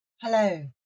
Hello